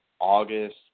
August